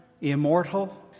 immortal